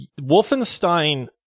Wolfenstein